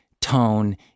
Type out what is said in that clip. tone